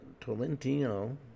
Tolentino